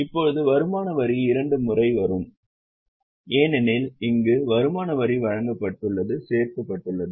இப்போது வருமான வரி இரண்டு முறை வரும் ஏனெனில் இங்கு வருமான வரி வழங்கப்பட்டது சேர்க்கப்பட்டுள்ளது